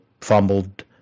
fumbled